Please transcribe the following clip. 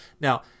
Now